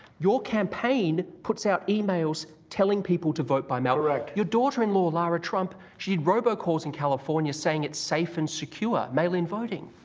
your campaign puts out emails telling people to vote by mail. correct. your daughter-in-law lara trump, she did robocalls in california saying it's safe and secure mail-in voting.